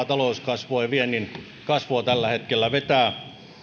talouskasvua ja viennin kasvua tällä hetkellä vetävät